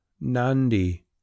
Nandi